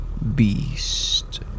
Beast